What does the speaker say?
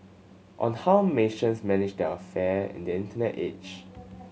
on how nations manage its affair in the Internet age